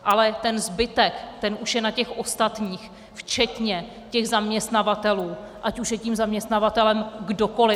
Ale ten zbytek, ten už je na těch ostatních včetně zaměstnavatelů, ať už je tím zaměstnavatelem kdokoli.